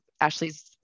Ashley's